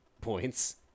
points